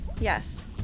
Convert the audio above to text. Yes